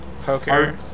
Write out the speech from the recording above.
poker